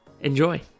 Enjoy